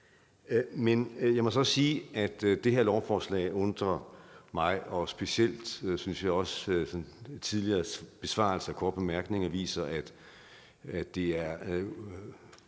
Men jeg må så også sige, at det her lovforslag undrer mig, og specielt synes jeg, at de tidligere besvarelser af de korte bemærkninger viser, at det er